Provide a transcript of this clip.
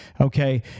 Okay